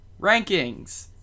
rankings